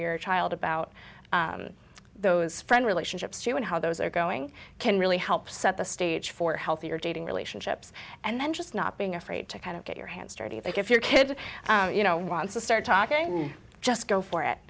your child about those friends relationships you and how those are going can really help set the stage for healthier dating relationships and then just not being afraid to kind of get your hands dirty that if your kid you know wants to start talking just go for